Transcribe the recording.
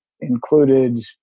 included